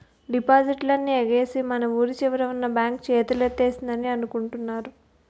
డిపాజిట్లన్నీ ఎగవేసి మన వూరి చివరన ఉన్న బాంక్ చేతులెత్తేసిందని అనుకుంటున్నారు